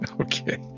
Okay